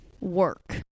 work